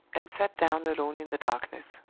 and sat down alone in the darkness.